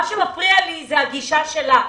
מה שמפריע לי זה הגישה שלך.